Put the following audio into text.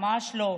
ממש לא.